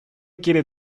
quiere